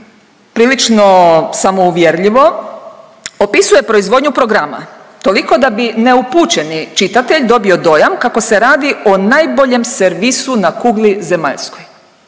prilično samouvjerljivo opisuje proizvodnju programa toliko da bi neupućeni čitatelj dobio dojam kako se radi o najboljem servisu na kugli zemaljskoj.